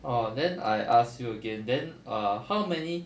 orh then I ask you again then err how many